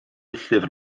llyfr